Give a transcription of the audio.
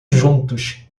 juntos